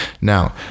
Now